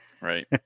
right